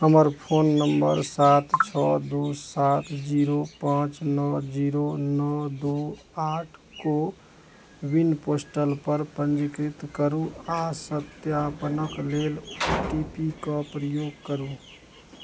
हमर phone number सात छओ दू सात जीरो पाँच नओ जीरो नओ दो आठ कोविन पोस्टलपर पञ्जीकृत करू आओर सत्यापनक लेल ओ टी पी के प्रयोग करू